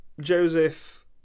Joseph